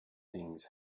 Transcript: things